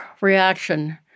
reaction